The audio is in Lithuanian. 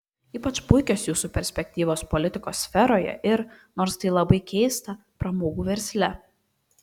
ypač puikios jūsų perspektyvos politikos sferoje ir nors tai labai keista pramogų versle